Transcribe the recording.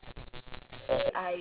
oh ya ya ya